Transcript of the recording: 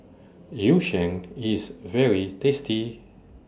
Yu Sheng IS very tasty